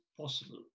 possible